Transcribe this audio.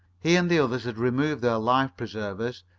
he and the others had removed their life-preservers,